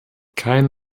kein